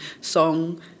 song